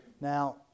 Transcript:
Now